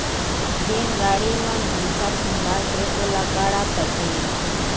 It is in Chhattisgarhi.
जेन गाड़ी म भइंसा फंदागे ओला गाड़ा कथें